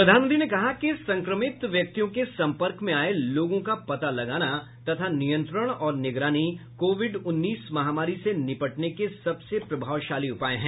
प्रधानमंत्री ने कहा कि संक्रमित व्यक्तियों के सम्पर्क में आए लोगों का पता लगाना तथा नियंत्रण और निगरानी कोविड उन्नीस महामारी से निपटने के सबसे प्रभावशाली उपाय हैं